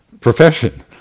profession